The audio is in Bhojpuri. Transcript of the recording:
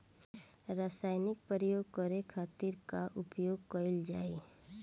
रसायनिक प्रयोग करे खातिर का उपयोग कईल जाइ?